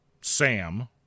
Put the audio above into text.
Sam